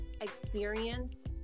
experience